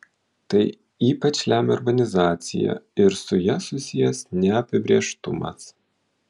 tai ypač lemia urbanizacija ir su ja susijęs neapibrėžtumas